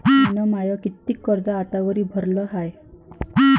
मिन माय कितीक कर्ज आतावरी भरलं हाय?